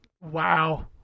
wow